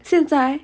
现在